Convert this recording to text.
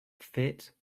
fit